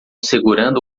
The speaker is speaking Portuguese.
segurando